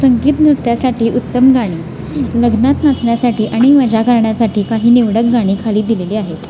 संगीत नृत्यासाठी उत्तम गाणी लग्नात नाचण्यासाठी आणि मजा करण्यासाठी काही निवडक गाणी खाली दिलेली आहेत